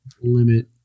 limit